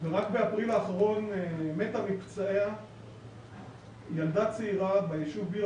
ורק באפריל האחרון מתה מפצעיה ילדה צעירה בישוב ביר